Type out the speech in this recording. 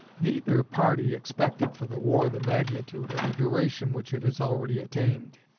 neither party expected for the war the magnitude or the duration which it has already attained.